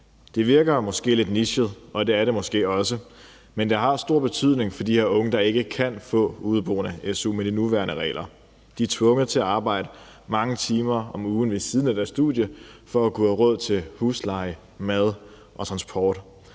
Det virker måske lidt nichet, og det er det måske også, men det har stor betydning for de her unge, der ikke kan få su til udeboende med de nuværende regler. De er tvunget til at arbejde mange timer om ugen ved siden af deres studie for at kunne have råd til husleje, mad og transport.